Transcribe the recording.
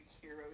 hero